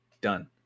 Done